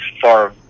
far